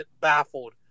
baffled